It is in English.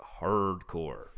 hardcore